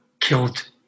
killed